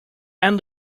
and